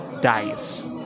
dies